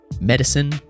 medicine